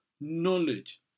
knowledge